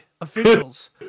officials